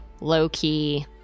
low-key